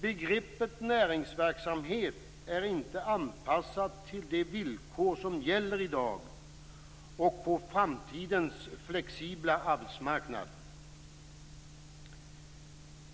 Begreppet näringsverksamhet är inte anpassat till de villkor som gäller i dag och på framtidens mer flexibla arbetsmarknad.